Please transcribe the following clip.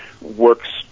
works